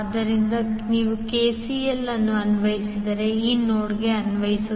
ಆದ್ದರಿಂದ ನೀವು ಕೆಸಿಎಲ್ ಅನ್ನು ಅನ್ವಯಿಸಿದರೆ ಈ ನೋಡ್ಗೆ ಅನ್ವಯಿಸಿ